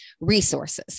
resources